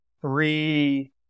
three